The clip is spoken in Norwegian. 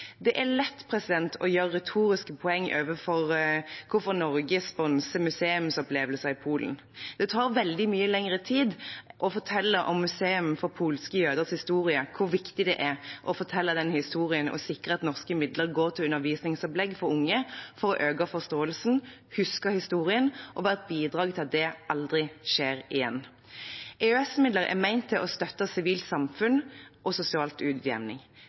Det er lett å gjøre retoriske poeng av hvorfor Norge sponser museumsopplevelser i Polen. Det tar veldig mye lengre tid å fortelle om et museum for polske jøders historie, hvor viktig det er å fortelle denne historien og sikre at norske midler går til undervisningsopplegg for unge for å øke forståelsen, huske historien og være et bidrag til at det aldri skjer igjen. EØS-midler er ment å støtte sivilt samfunn og sosial utjevning.